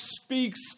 speaks